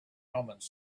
omens